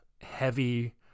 heavy